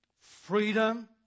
freedom